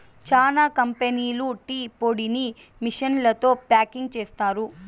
చానా కంపెనీలు టీ పొడిని మిషన్లతో ప్యాకింగ్ చేస్తారు